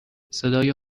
صدای